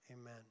amen